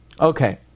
Okay